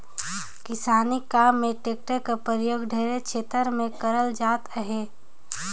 किसानी काम मे टेक्टर कर परियोग ढेरे छेतर मे करल जात अहे